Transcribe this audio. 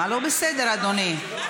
מה לא בסדר, אדוני?